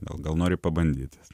gal gal nori pabandyti